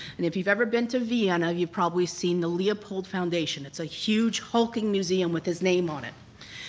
and if you've ever been to vienna, you've probably seen the leopold foundation, it's a huge, hulking museum with his name on it.